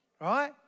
right